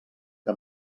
que